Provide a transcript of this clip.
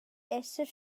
esser